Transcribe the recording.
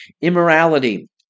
immorality